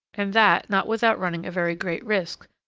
and that not without running a very great risk,